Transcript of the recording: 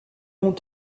ont